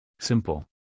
Simple